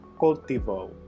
Cultivo